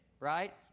Right